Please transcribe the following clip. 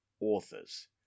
authors